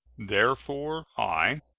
therefore i,